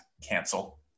cancel